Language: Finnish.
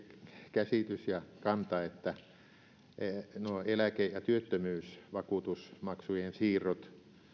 käsitys ja kanta että nuo eläke ja työttömyysvakuutusmaksujen siirrot